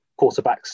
Quarterbacks